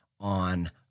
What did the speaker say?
on